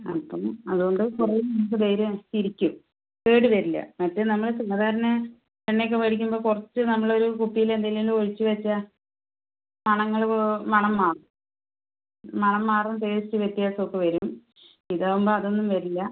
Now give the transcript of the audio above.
അപ്പോൾ അത് കൊണ്ട് കുറെ നിങ്ങൾക്ക് ധൈര്യം ആയിട്ട് ഇരിക്കും കേട് വരില്ല മറ്റ് നമ്മള് സാധാരണ എണ്ണ ഒക്കെ മേടിക്കുമ്പോൾ കുറച്ച് നമ്മളൊരു കുപ്പിയിൽ എന്തെങ്കിലും ഒഴിച്ച് വെച്ചാൽ മണങ്ങള് മണം മാറും മണം മാറും ടേസ്റ്റ് വ്യത്യാസം ഒക്കെ വരും ഇത് ആവുമ്പോൾ അതൊന്നും വരില്ല